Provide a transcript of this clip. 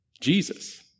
Jesus